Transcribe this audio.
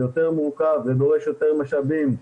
זה יותר מורכב ודורש יותר משאבים,